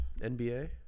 NBA